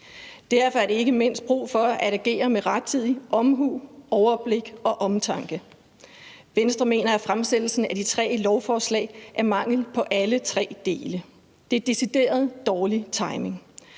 Derfor er der ikke mindst brug for at agere med rettidig omhu, overblik og omtanke. Venstre mener, at fremsættelsen af de tre lovforslag er mangel på alle tre dele – det er decideret dårlig timing.